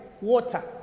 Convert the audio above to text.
water